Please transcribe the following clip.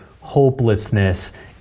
hopelessness